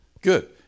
Good